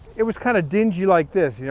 it was kinda dingy like this, yeah